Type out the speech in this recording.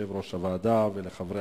(שיבוט אדם ושינוי גנטי בתאי רבייה) (תיקון מס'